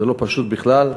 זה לא פשוט בכלל.